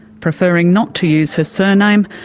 preferring not to use her surname,